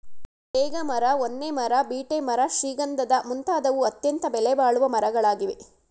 ತೇಗ ಮರ, ಹೊನ್ನೆ ಮರ, ಬೀಟೆ ಮರ ಶ್ರೀಗಂಧದ ಮುಂತಾದವು ಅತ್ಯಂತ ಬೆಲೆಬಾಳುವ ಮರಗಳಾಗಿವೆ